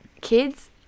Kids